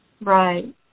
Right